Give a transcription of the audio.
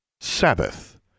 Sabbath